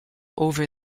over